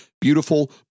beautiful